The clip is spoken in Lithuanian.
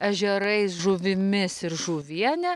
ežerais žuvimis ir žuviene